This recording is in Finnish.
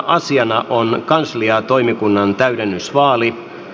asiana on kansliatoimikunnan täydennysvaali